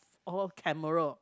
all camera